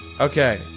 Okay